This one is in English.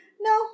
No